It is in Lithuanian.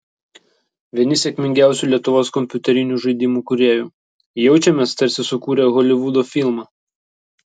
vieni sėkmingiausių lietuvos kompiuterinių žaidimų kūrėjų jaučiamės tarsi sukūrę holivudo filmą